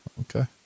Okay